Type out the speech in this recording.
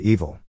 Evil